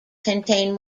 contain